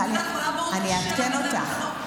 טלי, אני אעדכן אותך.